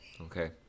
Okay